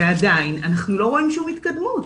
ועדיין לא רואים שום התקדמות.